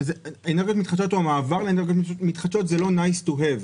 אנרגיות מתחדשות או המעבר לאנרגיות מתחדשות זה לא Nice to have.